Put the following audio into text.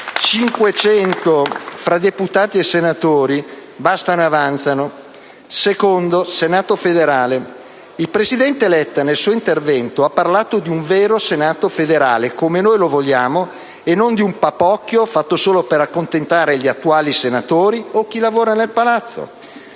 fra deputati e senatori bastano e avanzano. Secondo: il Senato federale. Il presidente Letta nel suo intervento ha parlato di un vero Senato federale, come noi lo vogliamo, e non di un papocchio fatto solo per accontentare gli attuali senatori o chi lavora nel Palazzo.